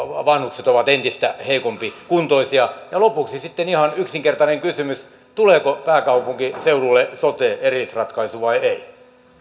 vanhukset ovat entistä heikompikuntoisia ja lopuksi sitten ihan yksinkertainen kysymys tuleeko pääkaupunkiseudulle sote erillisratkaisu vai ei